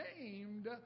named